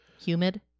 Humid